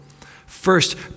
First